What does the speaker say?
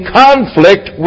conflict